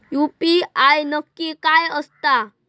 UPI नक्की काय आसता?